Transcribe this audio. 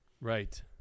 Right